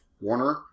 Warner